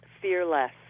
fearless